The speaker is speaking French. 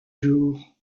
jours